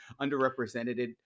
underrepresented